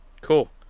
Cool